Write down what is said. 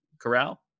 corral